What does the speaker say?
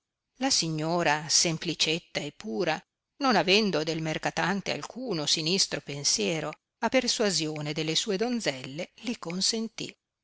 la signora semplicetta e pura non avendo del mercatante alcuno sinistro pensiero a persuasione delle sue donzelle li